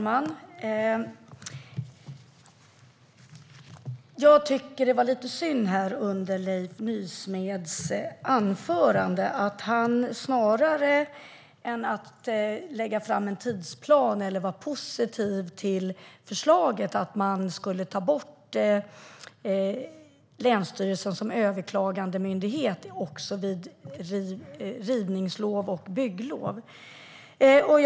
Herr talman! Det var lite synd att Leif Nysmed i sitt anförande, snarare än att lägga fram en tidsplan och vara positiv till förslaget om att ta bort länsstyrelsen som överklagandemyndighet också vid rivningslov och bygglov, gav känslan att han tycker att det här nog är mer problematiskt än bra.